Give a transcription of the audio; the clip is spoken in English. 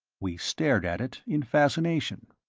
we stared at it in fascination.